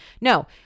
No